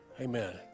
Amen